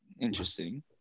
interesting